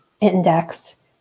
index